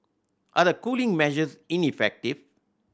are the cooling measures ineffective